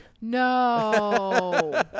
No